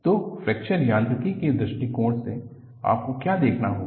तो फ्रैक्चर यांत्रिकी के दृष्टिकोण से आपको क्या देखना होगा